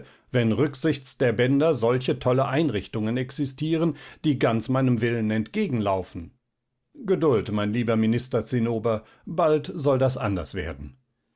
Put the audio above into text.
wenn rücksichts der bänder solche tolle einrichtungen existieren die ganz meinem willen entgegenlaufen geduld mein lieber minister zinnober bald soll das anders werden